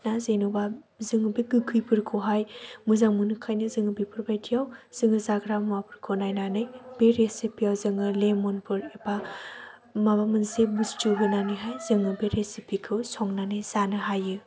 दा जेनेबा जोङो बे गोखैफोरखौहाय मोजां मोनोखायनो जोङो बेफोरबायदिआव जोङो जाग्रा मुवाफोरखौ नायनानै बे रेसिपि आव जोङो लेम'न फोर एबा माबा मोनसे बुस्थु होनानैहाय जोङो बे रेसिपि खौ संनानै जानो हायो